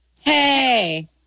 Hey